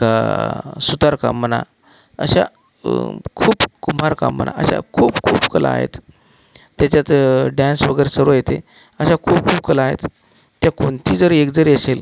का सुतारकाम म्हणा अशा खूप कुंभारकाम म्हणा अशा खूप खूप कला आहेत त्याच्यात डॅन्स वगैरे सर्व येते अशा खूप खूप कला आहेत किंवा कोणती जरी एक जरी असेल